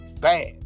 bad